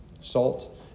Salt